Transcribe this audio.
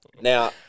Now